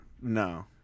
No